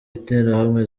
interahamwe